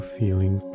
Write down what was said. feeling